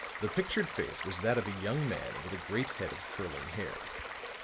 the pictured face was that of a young man with a great head of curling hair.